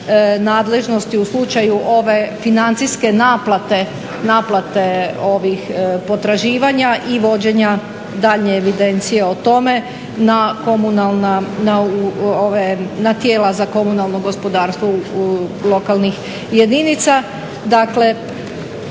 nadležnosti u slučaju ove financijske naplate potraživanja i vođenja daljnje evidencije o tome na tijela za komunalno gospodarstvo lokalnih jedinica.